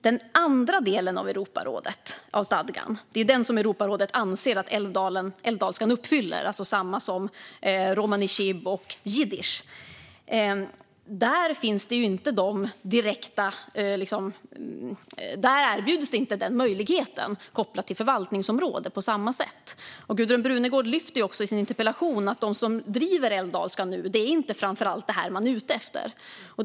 Den andra delen av Europarådets stadga är den Europarådet anser att älvdalskan uppfyller, alltså samma som romani chib och jiddisch. Här erbjuds inte samma möjlighet kopplat till förvaltningsområde. Men precis som Gudrun Brunegård tar upp i sin interpellation är de som driver frågan om älvdalskan inte framför allt ute efter detta.